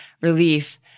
relief